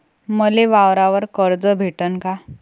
मले वावरावर कर्ज भेटन का?